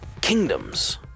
Kingdoms